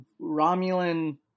Romulan